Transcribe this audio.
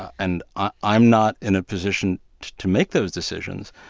and i'm not in a position to make those decisions.